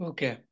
Okay